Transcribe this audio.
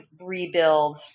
rebuild